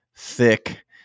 thick